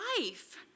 life